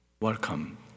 welcome